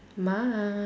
must